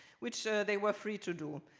which they were free to do.